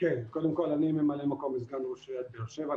קודם כל, אני ממלא מקום וסגן ראש עיריית באר שבע.